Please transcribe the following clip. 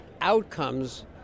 outcomes